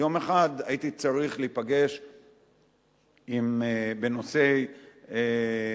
יום אחד הייתי צריך להיפגש בנושא אינטרנט